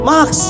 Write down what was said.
Max